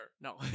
No